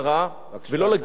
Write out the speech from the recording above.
ולא להגדיר את הפחדנות.